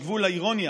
יש גבול לאירוניה,